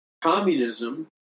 Communism